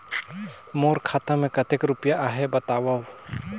मोर खाता मे कतेक रुपिया आहे बताव?